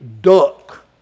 duck